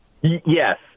Yes